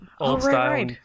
old-style